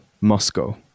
Moscow